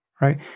right